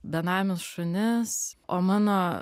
benamius šunis o mano